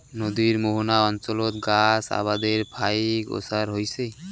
নদীর মোহনা অঞ্চলত মাছ আবাদের ফাইক ওসার হইচে